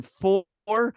four